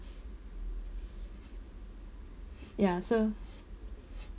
ya so